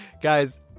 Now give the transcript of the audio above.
Guys